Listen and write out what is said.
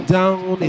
down